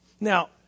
Now